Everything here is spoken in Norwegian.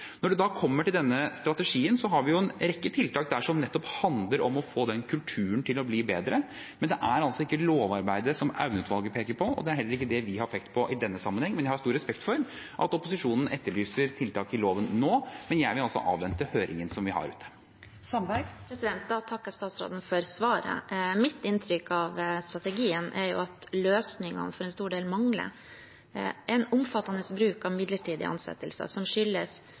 Når det kommer til denne strategien, har vi en rekke tiltak der som nettopp handler om å få den kulturen til å bli bedre, men det er altså ikke lovarbeidet som Aune-utvalget peker på, og det er heller ikke det vi har pekt på i denne sammenheng. Jeg har stor respekt for at opposisjonen etterlyser tiltak i loven nå, men jeg vil altså avvente høringen. Jeg takker statsråden for svaret. Mitt inntrykk av strategien er at løsningene for en stor del mangler. En omfattende bruk av midlertidig ansettelse, som skyldes